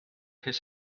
his